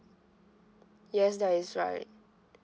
yes that is right